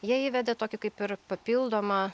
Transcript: jie įvedė tokį kaip ir papildomą